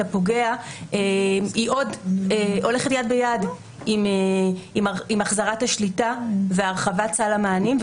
הפוגע הולכת יד ביד עם החזרת השליטה והרחבת סל המענים,